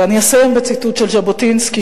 ואני אסיים בציטוט של ז'בוטינסקי,